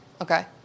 Okay